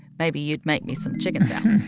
maybe you'd make me some chicken salad